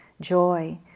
joy